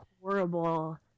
horrible